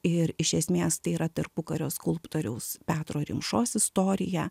ir iš esmės tai yra tarpukario skulptoriaus petro rimšos istorija